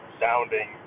sounding